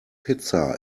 pizza